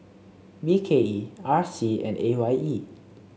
B K E R C and A Y E